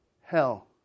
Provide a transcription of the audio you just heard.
hell